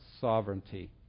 sovereignty